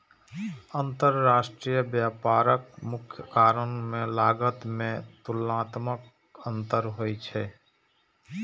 अंतरराष्ट्रीय व्यापारक मुख्य कारण मे लागत मे तुलनात्मक अंतर होइ छै